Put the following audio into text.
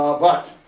ah but,